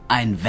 Ein